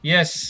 Yes